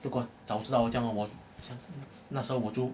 不过早知道我这样哦我那时候我就